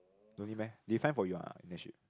no need meh they find for you ah internship